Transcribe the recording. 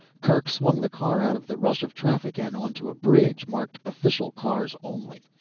kerk swung the car out of the rush of traffic and onto a bridge marked official cars only.